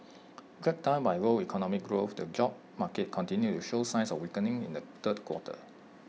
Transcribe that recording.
dragged down by low economic growth the job market continued to show signs of weakening in the third quarter